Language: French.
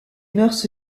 mœurs